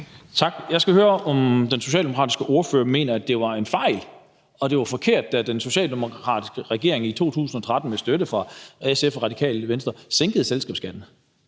Tak. Jeg skal høre, om den socialdemokratiske ordfører mener, at det var en fejl og det var forkert, da den socialdemokratiske regering i 2013 med støtte fra SF og Radikale Venstre sænkede selskabsskatten.